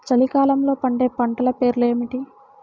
చలికాలంలో పండే పంటల పేర్లు ఏమిటీ?